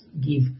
give